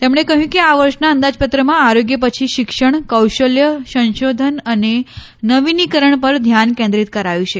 તેમણે કહ્યું કે આ વર્ષના અંદાજપત્રમાં આરોગ્ય પછી શિક્ષણ કૌશલ્ય સંશોધન અને નવીનીકરણ પર ધ્યાન કેન્દ્રીત કરાયું છે